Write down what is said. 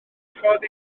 dwyffordd